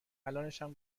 الانشم